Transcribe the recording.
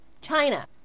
China